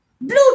Blue